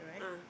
ah